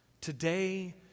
Today